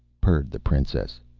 purred the princess,